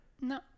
No